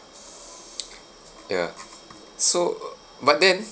ya so uh but then